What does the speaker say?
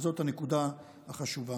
וזאת הנקודה החשובה,